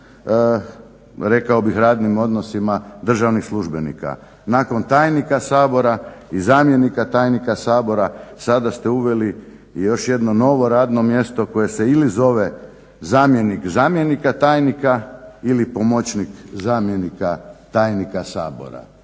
rekao bih radnim odnosima državnih službenika. Nakon tajnika Sabora i zamjenika tajnika Sabora sada ste uveli još jedno novo radno mjesto koje se ili zove zamjenik zamjenika tajnika ili pomoćnik zamjenika tajnika Sabora.